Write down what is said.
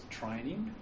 training